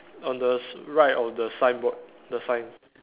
on the s~ right of the signboard the sign